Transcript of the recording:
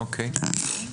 אוקיי.